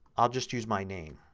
i'll just use my name.